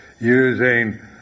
using